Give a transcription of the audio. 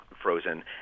Frozen